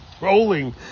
rolling